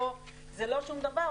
זה לא שום דבר,